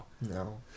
No